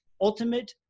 ultimate